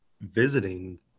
visiting